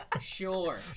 Sure